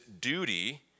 duty